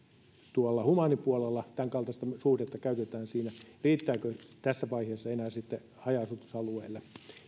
tuolla humaanipuolella tämän kaltaista suhdetta käytetään siinä niin riittääkö tässä vaiheessa enää haja asutusalueille